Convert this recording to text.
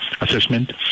assessment